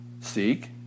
Seek